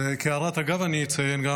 כהערת אגב אני אציין גם